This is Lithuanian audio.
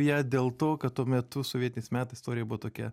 ją dėl to kad tuo metu sovietiniais metais istorija buvo tokia